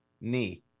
knee